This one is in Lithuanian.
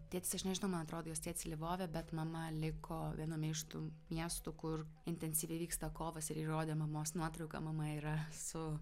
tėtis aš nežinau man atrodos jos tėtis lvove bet mama liko viename iš tų miestų kur intensyviai vyksta kovos ir ji rodė mamos nuotrauką mama yra su